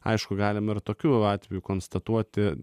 aišku galima ir tokiu atveju konstatuoti